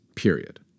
period